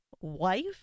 wife